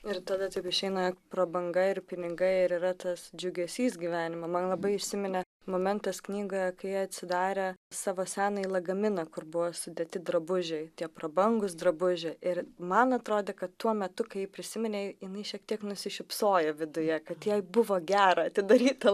ir tada taip išeina prabanga ir pinigai ir yra tas džiugesys gyvenime man labai įsiminė momentas knygoje kai ji atsidarė savo senąjį lagaminą kur buvo sudėti drabužiai tie prabangūs drabužiai ir man atrodė kad tuo metu kai ji prisiminė jinai šiek tiek nusišypsojo viduje kad jai buvo gera atidaryt tą